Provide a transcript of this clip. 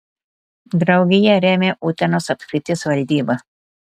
draugiją remia utenos apskrities valdyba